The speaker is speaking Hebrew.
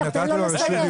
תאפשר לו לסיים.